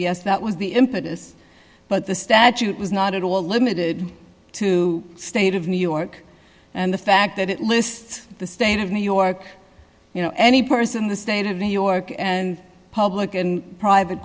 yes that was the impetus but the statute was not at all limited to state of new york and the fact that it lists the state of new york you know any person in the state of new york and public and private